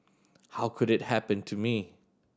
how could it happen to me